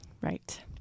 right